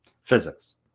Physics